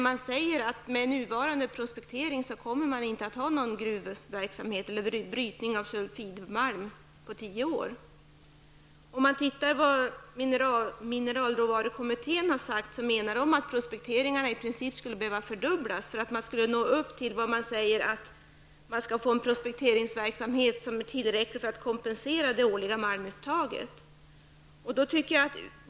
Det sägs att man med nuvarande prospektering inte kommer att ha någon brytning av sulfidmalm om tio år. Mineralråvarukommittén menar att prospekteringarna i princip skulle behöva fördubblas för att man skulle nå upp till en prospekteringsverksamhet som är tillräcklig för att kompensera det årliga malmuttaget.